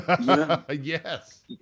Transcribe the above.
Yes